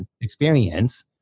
experience